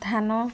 ଧାନ